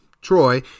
Troy